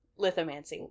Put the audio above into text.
lithomancy